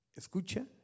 escucha